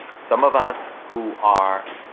some of us who are